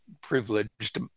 privileged